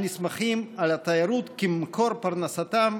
הנסמכים על התיירות כמקור פרנסתם,